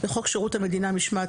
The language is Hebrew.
בחוק שירות המדינה (משמעת),